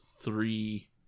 three